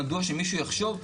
מדוע שמישהו יחשוב,